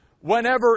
whenever